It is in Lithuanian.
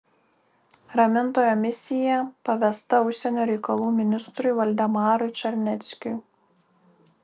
ramintojo misija pavesta užsienio reikalų ministrui valdemarui čarneckiui